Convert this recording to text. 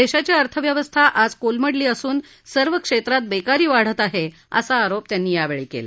देशाची अर्थव्यवस्था आज कोलमडली असून सर्व क्षेत्रात बेकारी वाढत आहे असा आरोप त्यांनी यावेळी केला